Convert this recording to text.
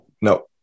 no